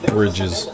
Bridges